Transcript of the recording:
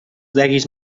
deguis